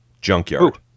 Junkyard